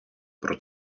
про